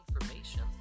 information